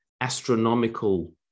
astronomical